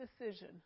decision